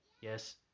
yes